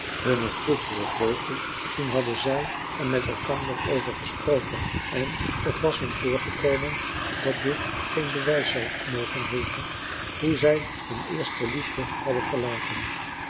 hunner vroegere vreugde toen hadden zij er met elkander over gesproken en het was hun voorgekomen dat dit geen bewijs zou mogen heeten hoe zij hun eerste liefde hadden verlaten